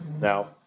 Now